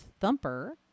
Thumper